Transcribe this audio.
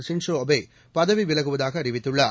Shinzo Abe பதவி விலகுவதாக அறிவித்துள்ளார்